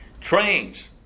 Trains